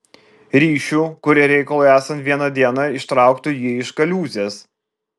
ryšių kurie reikalui esant vieną dieną ištrauktų jį iš kaliūzės